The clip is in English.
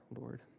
Lord